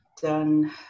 done